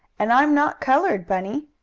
and i'm not colored, bunny.